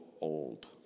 old